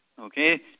Okay